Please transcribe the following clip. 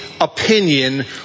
opinion